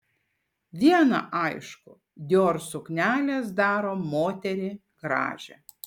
viena aišku dior suknelės daro moterį gražią